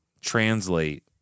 translate